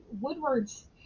Woodward's